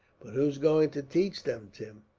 but who's going to teach them, tim?